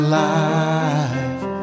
life